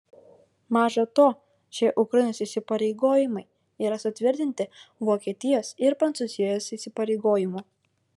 maža to šie ukrainos įsipareigojimai yra sutvirtinti vokietijos ir prancūzijos įsipareigojimų